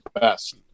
best